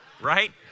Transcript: Right